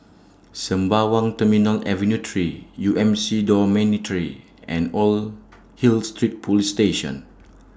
Sembawang Terminal Avenue three U M C Dormitory and Old Hill Street Police Station